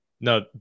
No